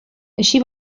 així